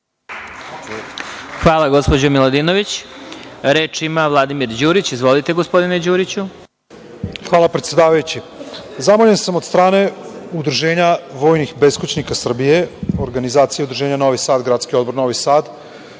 Hvala. **Vladimir Marinković** Hvala. Reč ima Vladimir Đurić. Izvolite. **Vladimir Đurić** Hvala, predsedavajući. Zamoljen sam od strane Udruženja vojnih beskućnika Srbije, organizacije udruženja Novi Sad, Gradski odbor Novi Sad